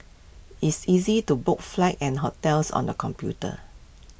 it's easy to book flights and hotels on the computer